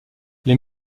les